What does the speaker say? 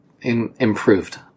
improved